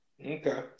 okay